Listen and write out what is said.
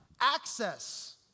access